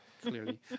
clearly